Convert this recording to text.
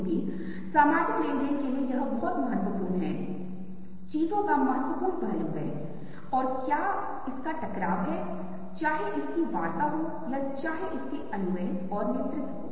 इसलिए हमारे लिए उन्मुखीकरण बहुत महत्वपूर्ण है इससे पहले कि हम इस तथ्य के बारे में बात करते हैंचीनी लोग ऊपर से नीचे पढ़ते हैं